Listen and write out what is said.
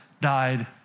died